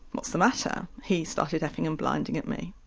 what's the matter, he started fff-ing and blinding at me.